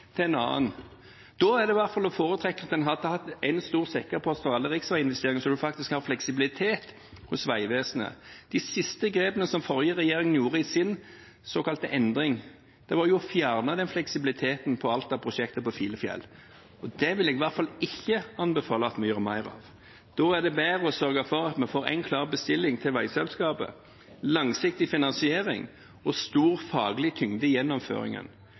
til en annen. Da er det heller å foretrekke at en hadde hatt en stor sekkepost for alle riksveiinvesteringer, slik at en faktisk hadde hatt fleksibilitet hos Vegvesenet. De siste grepene som den forrige regjeringen gjorde i sin såkalte endring, var jo å fjerne den fleksibiliteten på Alta-prosjektet og på Filefjell. Det vil jeg i hvert fall ikke anbefale at vi gjør mer av. Da er det bedre å sørge for at vi får én klar bestilling til veiselskapet, langsiktig finansiering og stor faglig tyngde i gjennomføringen.